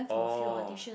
oh